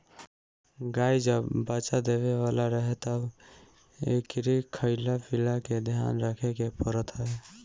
गाई जब बच्चा देवे वाला रहे तब एकरी खाईला पियला के ध्यान रखे के पड़त हवे